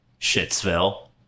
Shitsville